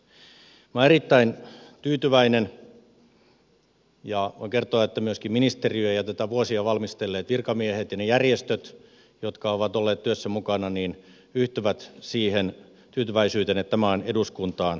minä olen erittäin tyytyväinen ja voin kertoa että myöskin ministeriö ja tätä vuosia valmistelleet virkamiehet ja ne järjestöt jotka ovat olleet työssä mukana yhtyvät siihen tyytyväisyyteen että tämä on eduskuntaan saatu